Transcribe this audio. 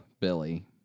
Billy